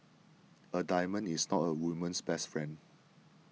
a diamond is not a woman's best friend